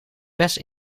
best